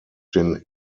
den